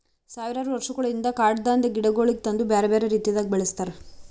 ಸಾವಿರಾರು ವರ್ಷಗೊಳಿಂದ್ ಕಾಡದಾಂದ್ ಗಿಡಗೊಳಿಗ್ ತಂದು ಬ್ಯಾರೆ ಬ್ಯಾರೆ ರೀತಿದಾಗ್ ಬೆಳಸ್ತಾರ್